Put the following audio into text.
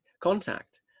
contact